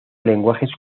lenguajes